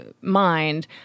mind